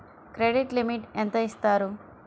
Credit limit ఎంత ఇస్తారు?